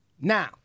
now